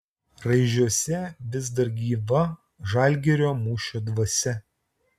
raižiuose vis dar gyva žalgirio mūšio dvasia